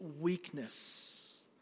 weakness